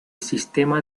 sistema